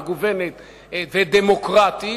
מגוונת ודמוקרטית,